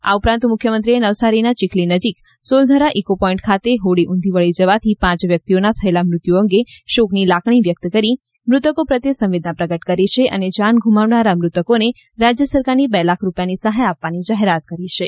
આ ઉપરાંત મુખ્યમંત્રીએ નવસારીના ચીખલી નજીક સૌલધરા ઇકો પોઇન્ટ ખાતે હોડી ઊંધી વળી જવાથી પાંચ વ્યક્તિઓનાં થયેલાં મૃત્યુ અંગે શોકની લાગણી વ્યક્ત કરી મૃતકો પ્રત્યે સંવેદના પ્રગટ કરી છે અને જાન ગુમાવનારા મૃતકોને રાજ્ય સરકારની બે લાખ રૂપિયાની સહાય આપવાની જાહેરાત કરી છે શિવરાજપુર સી